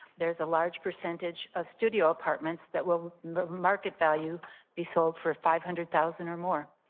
there is a large percentage of studio apartments that will market value be sold for five hundred thousand or more.